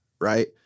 right